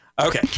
Okay